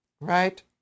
right